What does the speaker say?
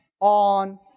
on